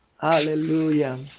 Hallelujah